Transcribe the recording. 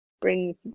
bring